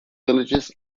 villages